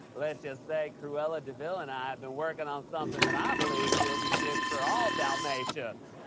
let's just say, cruella de vil and i have been working on something that i believe will be good for all dalmatians.